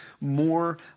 more